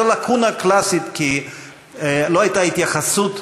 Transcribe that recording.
זו לא לקונה קלאסית, כי לא הייתה התייחסות,